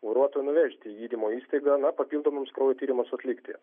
vairuotoją nuvežti į gydymo įstaigą na papildomiems kraujo tyrimams atlikti